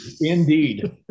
indeed